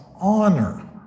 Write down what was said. honor